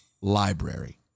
library